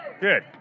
Good